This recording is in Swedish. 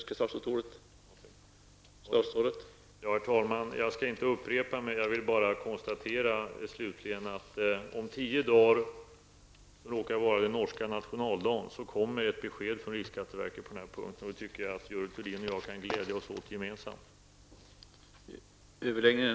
Herr talman! Jag skall inte upprepa mig. Jag vill bara slutligen konstatera att det om tio dagar -- det råkar vara den norska nationaldagen -- kommer ett besked från riksskatteverket på denna punkt. Det tycker jag att Görel Thurdin och jag gemensamt kan glädja oss åt.